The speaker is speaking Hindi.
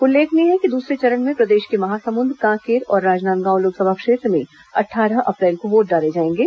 उल्लेखनीय है कि दूसरे चरण में प्रदेश के महासमुंद कांकेर और राजनांदगांव लोकसभा क्षेत्र में अट्ठारह अप्रैल को वोट डाले जाएंगे